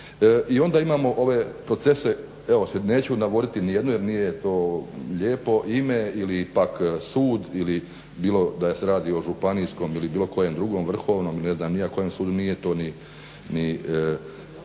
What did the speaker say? I onda imamo ove procese, evo sad neću navoditi nijednu jer nije to lijepo, ime ili pak sud ili bilo da se radi o županijskom ili bilo kojem drugom, Vrhovnom i ne znam ni ja kojem sudu. Nije to ni